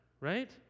right